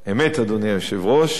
אמת, אדוני היושב-ראש.